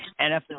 nfl